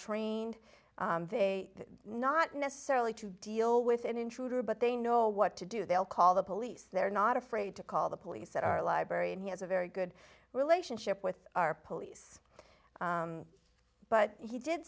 trained not necessarily to deal with an intruder but they know what to do they'll call the police they're not afraid to call the police at our library and he has a very good relationship with our police but he did